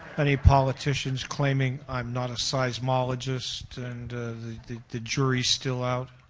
any politicians claiming, i'm not a seismologist, and the the jury's still out?